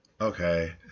okay